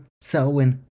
Selwyn